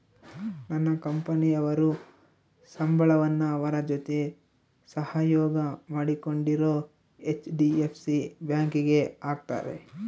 ನನ್ನ ಕಂಪನಿಯವರು ಸಂಬಳವನ್ನ ಅವರ ಜೊತೆ ಸಹಯೋಗ ಮಾಡಿಕೊಂಡಿರೊ ಹೆಚ್.ಡಿ.ಎಫ್.ಸಿ ಬ್ಯಾಂಕಿಗೆ ಹಾಕ್ತಾರೆ